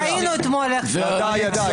ראינו אתמול --- ידע מצוין.